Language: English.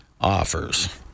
offers